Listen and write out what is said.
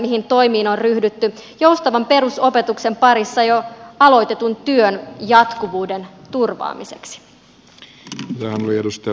mihin toimiin on ryhdytty joustavan perusopetuksen parissa jo aloitetun työn jatkuvuuden turvaamiseksi